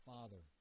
Father